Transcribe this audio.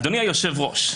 אדוני היושב-ראש,